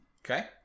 Okay